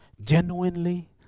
genuinely